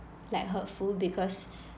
like hurtful because